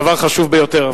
דבר חשוב ביותר.